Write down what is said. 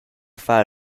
far